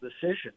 decision